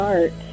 Art